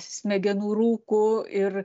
smegenų rūku ir